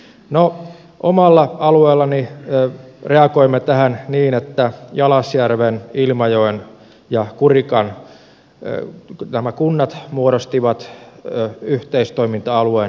no omalla alueellani reagoimme tähän niin että jalasjärven ilmajoen ja kurikan kunnat muodostivat yhteistoiminta alueen perusterveydenhuoltoon